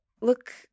look